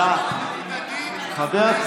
האם זה נכון שאישרת למבודדים להסתובב בכנסת?